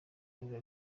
biba